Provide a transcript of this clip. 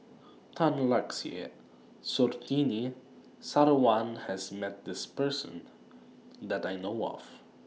Tan Lark Sye and Surtini Sarwan has Met This Person that I know of